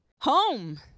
home